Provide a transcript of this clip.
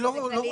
ערן,